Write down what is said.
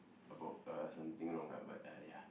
about uh something wrong ah but uh ya